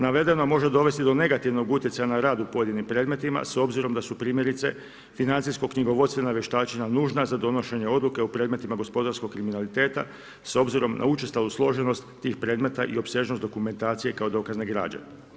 Navedeno može dovesti do negativnog utjecaja na rad u pojedinim predmetima, s obzirom da su primjerice financijsko knjigovodstvena vještačenja nužna za donošenje odluka u predmetima gospodarskog kriminaliteta s obzirom na učestalu složenost tih predmeta i opsežnost dokumentacije kao dokazne građe.